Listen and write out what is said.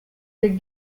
des